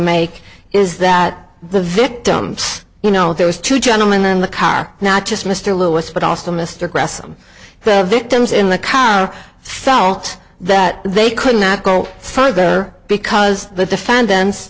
make is that the victims you know there was two gentlemen then the car not just mr lewis but also mr gresson the victims in the car felt that they could not go further because the defendant